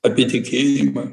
apie tikėjimą